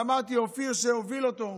ואמרתי, אופיר שהוביל אותו,